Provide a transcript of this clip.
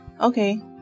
Okay